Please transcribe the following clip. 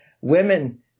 Women